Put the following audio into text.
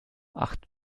acht